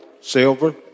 silver